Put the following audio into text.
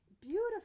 beautiful